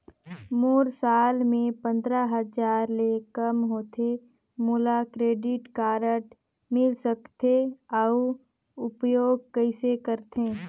मोर साल मे पंद्रह हजार ले काम होथे मोला क्रेडिट कारड मिल सकथे? अउ उपयोग कइसे करथे?